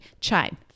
Chime